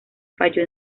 falló